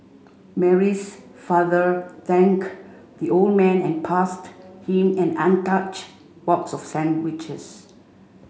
Mary's father thanked the old man and passed him and an untouched box of sandwiches